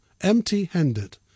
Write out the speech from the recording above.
empty-handed